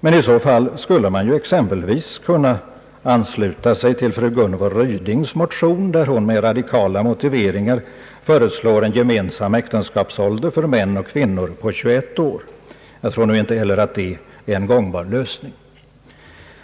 men i så fall skulle man exempelvis kunna ansluta sig till fru Gunvor Rydings motion, i vilken hon med radikala motiveringar föreslår en gemensam äktenskapsålder för män och kvinnor på 21 år. Jag tror nu inte heller att det är en gångbar lösning.